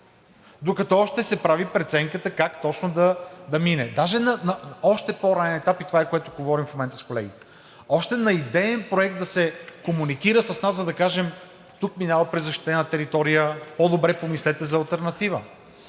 докато още се прави преценката как точно да мине. Даже на още по-ранен етап – това, което говорим в момента с колегите. Още на идеен проект да се комуникира с нас, за да кажем: тук минава през защитена територия, по-добре помислете за алтернатива!